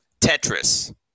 tetris